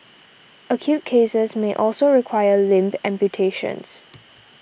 acute cases may also require limb amputations